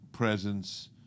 presence